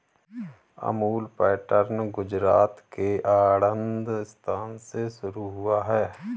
Amul pattern Gujarat के आणंद स्थान से शुरू हुआ है